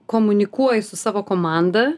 komunikuoji su savo komanda